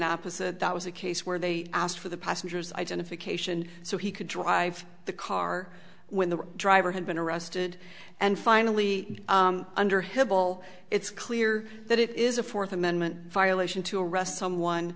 opposite that was a case where they asked for the passengers identification so he could drive the car when the driver had been arrested and finally under have all it's clear that it is a fourth amendment violation to arrest someone